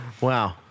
Wow